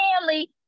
family